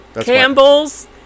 campbell's